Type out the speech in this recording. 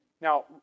Now